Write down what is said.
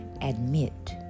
admit